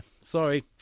sorry